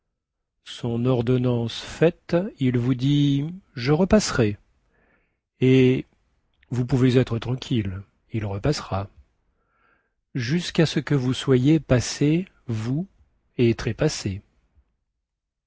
son ordonnance faite il vous dit je repasserai et vous pouvez être tranquille il repassera jusquà ce que vous soyez passé vous et trépassé